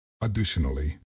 Additionally